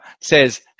says